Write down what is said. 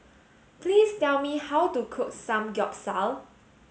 please tell me how to cook Samgyeopsal